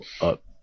up